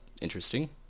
interesting